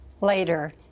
later